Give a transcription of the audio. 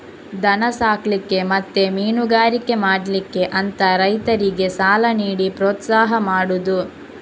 ದನ ಸಾಕ್ಲಿಕ್ಕೆ ಮತ್ತೆ ಮೀನುಗಾರಿಕೆ ಮಾಡ್ಲಿಕ್ಕೆ ಅಂತ ರೈತರಿಗೆ ಸಾಲ ನೀಡಿ ಪ್ರೋತ್ಸಾಹ ಮಾಡುದು